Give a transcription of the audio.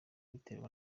biterwa